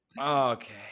Okay